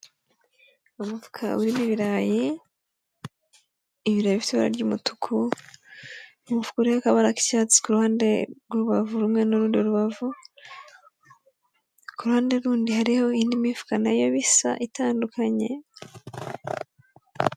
Umufuka urimo ibirayi, ibirayi bisa ibara ry'umutuku, umufuka uriho akabara k'icyatsi ku ruhande rw'urubavu rumwe n'urundi rubavu, ku ruhande rundi hariho indi mifuka nayo bisa itandukanye.